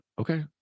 okay